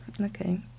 okay